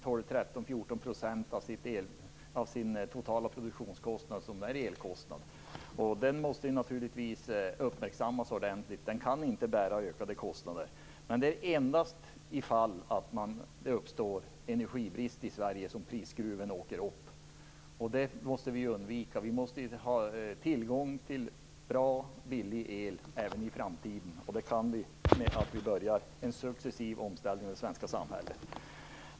12-14 % av den totala produktionskostnaden är kostnader för el. Den industrin måste naturligtvis uppmärksammas ordentligt. Den kan inte bära ökade kostnader. Men det är endast om det uppstår energibrist i Sverige som prisskruven åker upp. Det måste vi undvika. Vi måste ha tillgång till bra och billig el även i framtiden. Det är möjligt om vi börjar en successiv omställning i det svenska samhället.